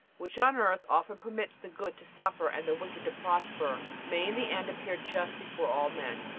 which, on earth, often permits the good to suffer and the wicked to prosper, may in the end appear just before all men.